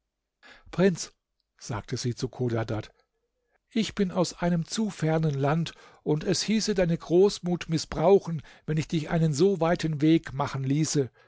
prinz sagte sie zu chodadad ich bin aus einem zu fernen land und es hieße deine großmut mißbrauchen wenn ich dich einen so weiten weg machen ließe